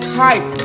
hype